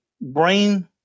brain